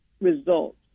results